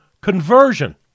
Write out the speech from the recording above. conversion